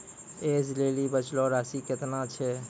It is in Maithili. ऐज लेली बचलो राशि केतना छै?